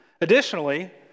Additionally